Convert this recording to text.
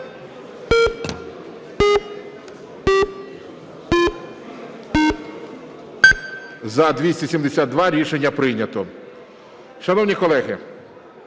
За-272 Рішення прийнято.